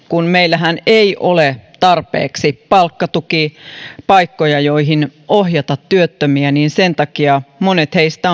kun meillähän ei ole tarpeeksi palkkatukipaikkoja joihin ohjata työttömiä joten sen takia monet heistä